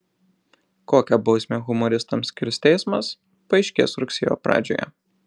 kokią bausmę humoristams skirs teismas paaiškės rugsėjo pradžioje